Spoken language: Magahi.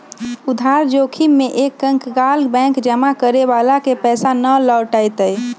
उधार जोखिम में एक कंकगाल बैंक जमा करे वाला के पैसा ना लौटय तय